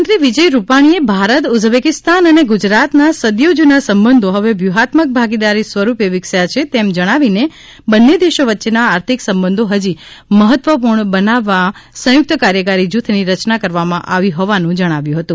મુખ્યમંત્રી વિજય રૂપાણીએ ભારત ઉઝબેકીસ્તાન અને ગુજરાતના સદીઓ જૂના સંબંધો હવે વ્યૂહાત્મક ભાગીદારી સ્વરૂપે વિકસ્યા છે તેમ જણાવીને બંને દેશો વચ્ચેના આર્થિક સંબંધો હજી મહત્વપૂર્ણ બનાવવા સંયુક્ત કાર્યકારી જૂથની રચના કરવામાં આવી હોવાનું જણાવ્યું હતું